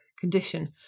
condition